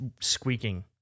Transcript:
squeaking